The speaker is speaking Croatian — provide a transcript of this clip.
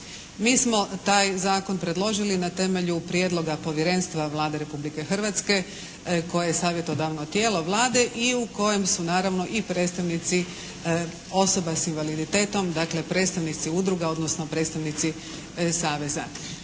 Mi smo taj zakon predložili na temelju prijedloga povjerenstva Vlade Republike Hrvatske koje je savjetodavno tijelo Vlade i u kojem su naravno i predstavnici osoba sa invaliditetom, dakle predstavnici udruga, odnosno predstavnici saveza.